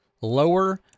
lower